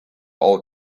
all